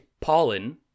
pollen